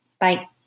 Bye